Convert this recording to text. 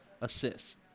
assists